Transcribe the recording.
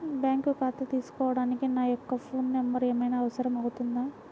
Bank ఖాతా తీసుకోవడానికి నా యొక్క ఫోన్ నెంబర్ ఏమైనా అవసరం అవుతుందా?